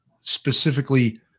specifically